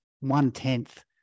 one-tenth